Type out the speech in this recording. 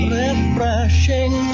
refreshing